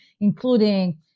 including